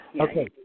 okay